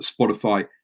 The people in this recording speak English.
Spotify